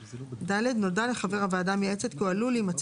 (ד) נודע לחבר הוועדה המייעצת כי הוא עלול להימצא